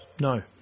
No